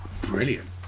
brilliant